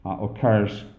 occurs